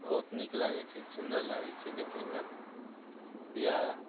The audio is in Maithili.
बहुत नीक लागैत छै सुंदर लागैत छै देखैमे बिआह